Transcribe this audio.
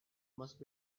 must